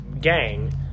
gang